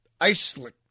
Iceland